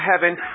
heaven